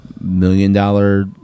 million-dollar